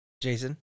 Jason